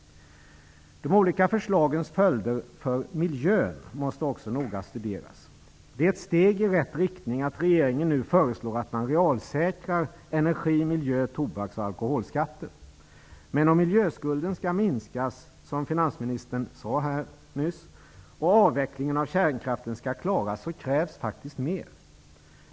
De olika förslagens följder för miljön måste också noga studeras. Det är ett steg i rätt riktning att regeringen nu föreslår att man realsäkrar energi-, miljö-, tobaks-, och alkoholskatter. Men om miljöskulden skall minskas, som finansministern här nyss sade, och avvecklingen av kärnkraften skall klaras krävs faktiskt mer.